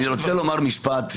אני רוצה לומר משפט,